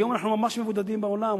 היום אנחנו ממש מבודדים בעולם,